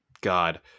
God